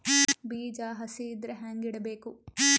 ಬೀಜ ಹಸಿ ಇದ್ರ ಹ್ಯಾಂಗ್ ಇಡಬೇಕು?